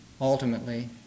ultimately